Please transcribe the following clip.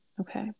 Okay